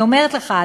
אני אומרת לך,